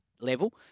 level